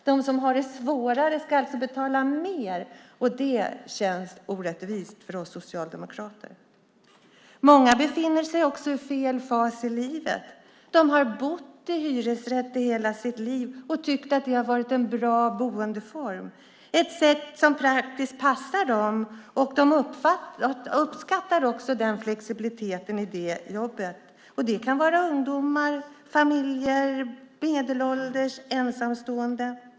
De som har det svårare ska alltså betala mer, och det känns orättvist för oss socialdemokrater. Många befinner sig också i fel fas i livet. De har bott i hyresrätt i hela sitt liv och tyckt att det har varit en bra boendeform, ett sätt som praktiskt passar dem. De uppskattar också flexibiliteten. Det kan vara ungdomar, familjer, medelålders eller ensamstående.